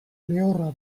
lehorra